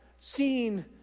seen